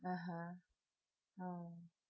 (uh huh) ya